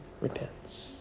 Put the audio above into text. repents